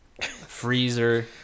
freezer